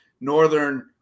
Northern